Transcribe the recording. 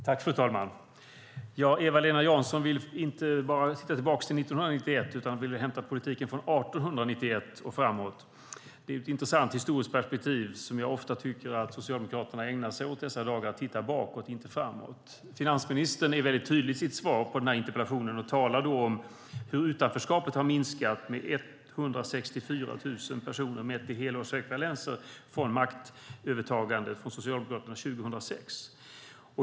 Fru talman! Eva-Lena Jansson vill inte bara titta tillbaka till 1991 utan vill hämta politiken från 1891 och framåt. Det är ett intressant historiskt perspektiv som jag ofta tycker att Socialdemokraterna ägnar sig åt dessa dagar. De tittar bakåt och inte framåt. Finansministern är väldigt tydligt i sitt svar på interpellationen och talar om hur utanförskapet har minskat med 164 000 personer mätt i helårsekvivalenser från maktövertagandet från Socialdemokraterna 2006.